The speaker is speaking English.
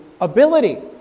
ability